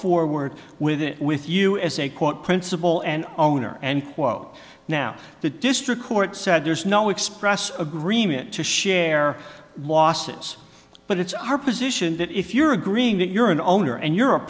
forward with it with you as a quote principle and owner and quote now the district court said there's no express agreement to share losses but it's our position that if you're agreeing that you're an owner and